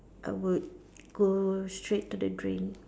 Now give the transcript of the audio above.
I would go straight to the drain